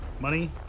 money